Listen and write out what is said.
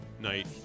night